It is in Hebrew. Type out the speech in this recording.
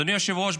אדוני היושב-ראש,